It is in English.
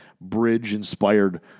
bridge-inspired